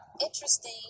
interesting